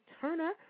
Turner